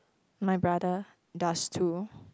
my brother does too